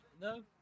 No